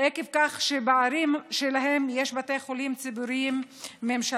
עקב כך שבערים שלהם יש בתי חולים ציבוריים ממשלתיים.